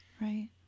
Right